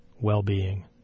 well-being